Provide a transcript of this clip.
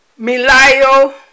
Milayo